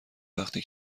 وقتی